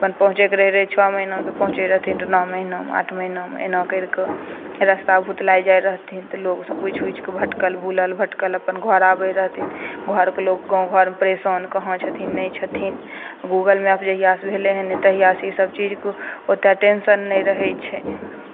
अपन पहुँचयके रहय छओ महीनामे तऽ पहुँचै रहथिन नओ महीनामे आठ महीनामे एना करि कऽ रस्ता भुतलाए जाइ रहथिन तऽ लोगोसँ पुछि पुछि कऽ भटकल भूलल भटकल अपन घर आबै रहथिन घरके लोक गाँव घरमे परेशान कहाँ छथिन नहि छथिन गूगल मैप जहियासँ भेलै हन तहियासँ ईसभ चीजके ओतेक टेंसन नहि रहै छै